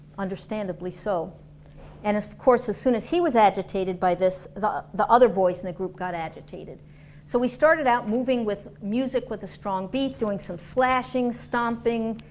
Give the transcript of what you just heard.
understandably so and of course, as soon as he was agitated by this, the the other boys in the group got agitated so we started out moving with music with the strong beat, doing some slashing, stomping,